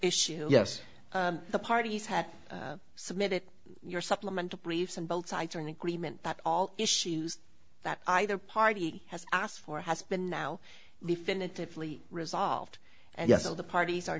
issue yes the parties had submitted your supplemental briefs and both sides are in agreement that all issues that either party has asked for has been now definitively resolved and yes all the parties are